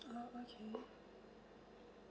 oh okay